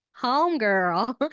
homegirl